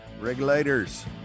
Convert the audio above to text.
regulators